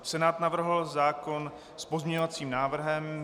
Senát navrhl zákon s pozměňovacím návrhem.